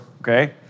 okay